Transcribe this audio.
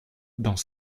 dans